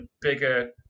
bigger